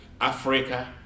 Africa